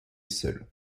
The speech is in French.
seul